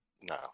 No